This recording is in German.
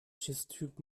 schiffstyp